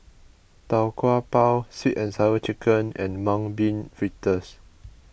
Tau Kwa Pau Sweet and Sour Chicken and Mung Bean Fritters